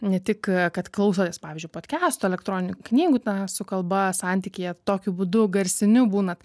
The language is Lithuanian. ne tik kad klausotės pavyzdžiui podkiasto elektroninių knygų na su kalba santykyje tokiu būdu garsiniu būnat